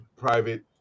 private